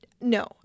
No